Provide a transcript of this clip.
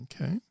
Okay